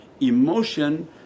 emotion